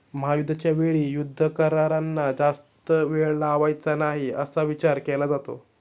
महायुद्धाच्या वेळी युद्ध करारांना जास्त वेळ लावायचा नाही असा विचार केला होता